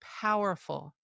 powerful